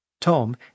tom